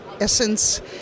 essence